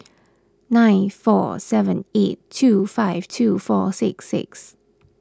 nine four seven eight two five two four six six